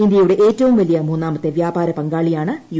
ഇന്ത്യയുടെ ഏറ്റവും വലിയ മൂന്നാമത്തെ വ്യാപാര പങ്കാളിയാണ് യു